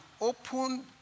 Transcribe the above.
open